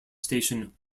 station